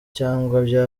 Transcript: byabaye